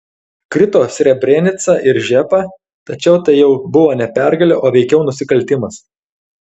krito srebrenica ir žepa tačiau tai jau buvo ne pergalė o veikiau nusikaltimas